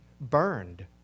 burned